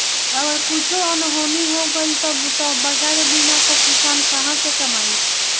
अगर कुछु अनहोनी हो गइल तब तअ बगैर बीमा कअ किसान कहां से कमाई